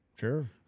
Sure